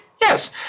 Yes